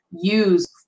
use